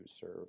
serve